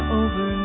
over